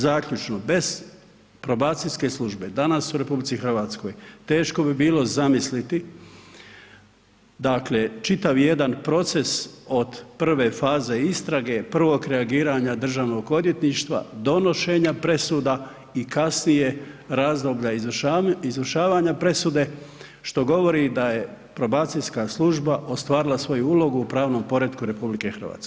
Zaključno, bez probacijske službe danas u RH teško bi bilo zamisliti dakle čitav jedan proces od prve faze istrage, prvog reagiranja državnog odvjetništva, donošenja presuda i kasnije razloga izvršavanja presude, što govori da je probacijska služba ostvarila svoju ulogu u pravnom poretku RH.